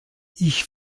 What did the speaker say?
ich